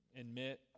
admit